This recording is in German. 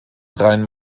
rhein